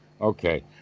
Okay